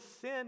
sin